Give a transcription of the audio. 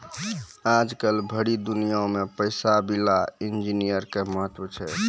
आजकल भरी दुनिया मे पैसा विला इन्जीनियर के महत्व छै